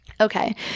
Okay